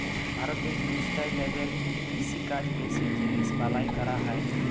ভারতে সুস্টাইলেবেল কিষিকাজ বেশি জিলিস বালাঁয় ক্যরা হ্যয়